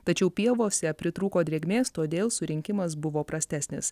tačiau pievose pritrūko drėgmės todėl surinkimas buvo prastesnis